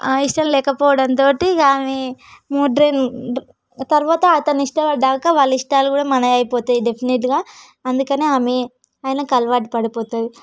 ఇష్టం లేకపోవడంతోటి ఆమె మోడ్రన్ తర్వాత అతను ఇష్టపడ్డాక వాళ్ళ ఇష్టాలు కూడా మనవి అయిపోతాయి డెఫినిట్గా అందుకనే ఆమె ఆయనకు అలవాటు పడిపోతుంది